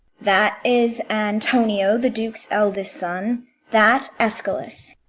that is antonio, the duke's eldest son that, escalus.